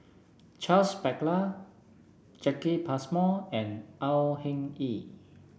Charles Paglar Jacki Passmore and Au Hing Yee